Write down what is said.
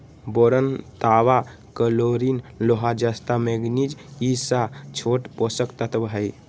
boron तांबा chlorine लोहा जस्ता मैग्निज ई स छोट पोषक तत्त्व हई